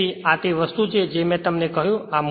તેથી આ તે વસ્તુ છે જે મેં તમને કહ્યું હતું